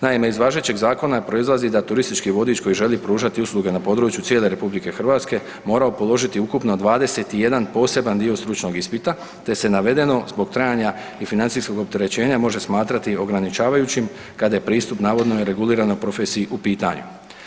Naime, iz važećeg zakona proizlazi da turistički vodič koji želi pružati usluge na području cijele RH, morao položiti ukupno 21 poseban dio stručnog ispita te se navedeno zbog trajanja i financijskog opterećenja može smatrati ograničavajućim kada je pristup navodnoj reguliranoj profesiji u pitanju.